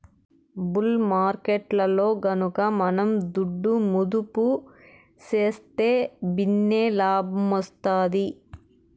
bull మార్కెట్టులో గనక మనం దుడ్డు మదుపు సేస్తే భిన్నే లాబ్మొస్తాది